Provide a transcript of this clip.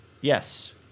Yes